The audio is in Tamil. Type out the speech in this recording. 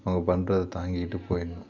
அவங்க பண்ணுறத தாங்கிக்கிட்டு போயிடணும்